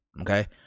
okay